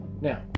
now